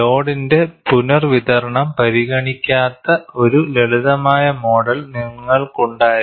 ലോഡിന്റെ പുനർവിതരണം പരിഗണിക്കാത്ത ഒരു ലളിതമായ മോഡൽ നിങ്ങൾക്കുണ്ടായിരുന്നു